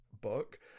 book